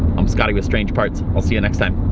i'm scotty with strange parts. i'll see you next time!